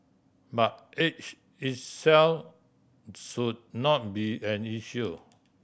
but age itself should not be an issue